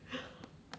ya